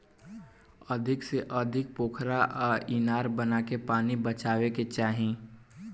अधिका से अधिका पोखरा आ इनार बनाके पानी बचावे के चाही